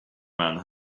man